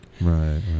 right